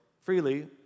freely